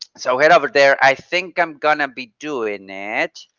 so head over there, i think i'm gonna be doing that.